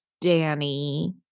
Danny